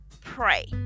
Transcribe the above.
pray